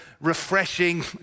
refreshing